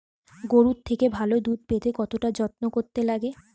গরুর থেকে ভালো দুধ পেতে কতটা যত্ন করতে লাগে